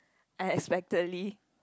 unexpectedly